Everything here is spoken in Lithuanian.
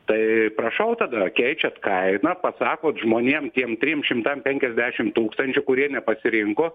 tai prašau tada keičiat kainą pasakot žmonėm tiem trim šimtam penkiasdešim tūkstančių kurie nepasirinko